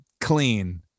clean